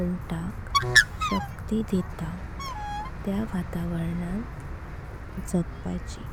उंटाक शक्ति। दीता त्या वातावरणान जागपाची।